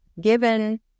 given